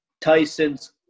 Tyson's